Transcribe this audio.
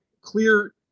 clear